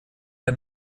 der